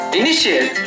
initiate